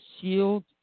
shield